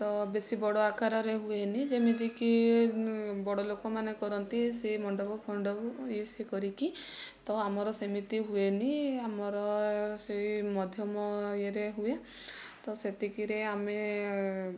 ତ ବେଶି ବଡ଼ ଆକାରରେ ହୁଏନି ଯେମିତି କି ବଡ଼ ଲୋକମାନେ କରନ୍ତି ସିଏ ମଣ୍ଡପ ଫଣ୍ଡପ ଇଏ ସିଏ କରିକି ତ ଆମର ସେମିତି ହୁଏନି ଆମର ସେହି ମଧ୍ୟମ ଇଏରେ ହୁଏ ତ ସେତିକିରେ ଆମେ